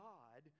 God